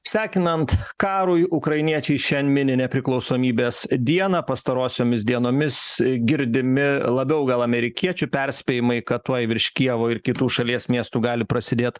sekinant karui ukrainiečiai šiandien mini nepriklausomybės dieną pastarosiomis dienomis girdimi labiau gal amerikiečių perspėjimai kad tuoj virš kijevo ir kitų šalies miestų gali prasidėt